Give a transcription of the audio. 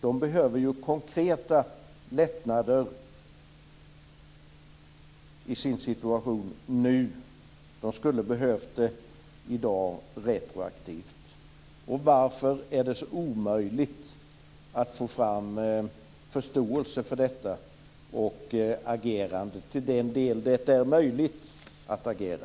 De behöver ju konkreta lättnader i sin situation nu. De skulle behövt det retroaktivt i dag. Och varför är det så omöjligt att få fram förståelse för detta och ett agerande till den del det är möjligt att agera?